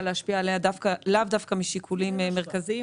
מאוד להשפיע עליה לאו דווקא משיקולים מרכזיים